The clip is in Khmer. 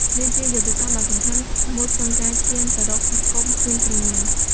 នេះជាយុទ្ធសាស្ត្រដ៏សំខាន់មួយក្នុងការឈានទៅរកសហគមន៍គ្មានគ្រឿងញៀន។